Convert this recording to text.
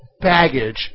baggage